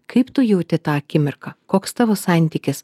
kaip tu jauti tą akimirką koks tavo santykis